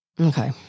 Okay